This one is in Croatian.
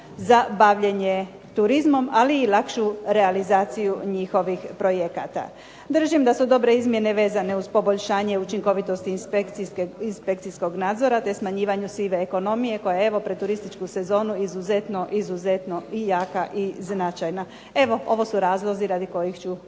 za bavljenje turizmom, ali i lakšu realizaciju njihovih projekata. Držim da su dobre izmjene vezane uz poboljšanje učinkovitosti inspekcijskog nadzora, te smanjivanju sive ekonomije, koja je evo pred turističku sezonu izuzetno i jaka i značajna. Evo ovo su razlozi radi kojih ću